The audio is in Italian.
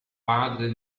padre